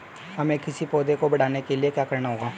हमें किसी पौधे को बढ़ाने के लिये क्या करना होगा?